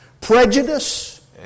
prejudice